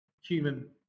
human